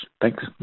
Thanks